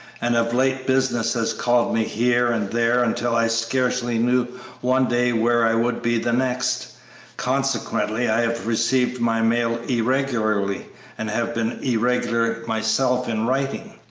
and of late business has called me here and there until i scarcely knew one day where i would be the next consequently i have received my mail irregularly and have been irregular myself in writing.